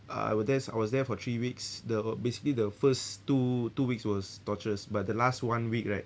uh I were there I was there for three weeks the basically the first two two weeks was torturous but the last one week right